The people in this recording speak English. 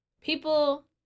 people